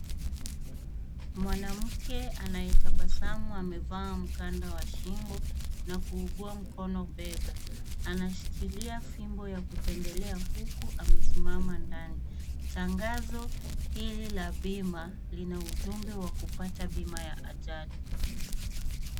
Mwanamke anayetabasamu amevaa mkanda wa shingo na kuugua mkono bega. Anashikilia fimbo ya kutembelea huku amesimama ndani. Tangazo hili la bima, lina ujumbe wa kupata bima ya ajali.